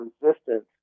resistance